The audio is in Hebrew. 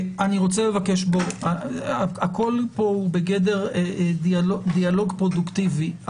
הכול פה הוא בגדר דיאלוג פרודוקטיבי,